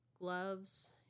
gloves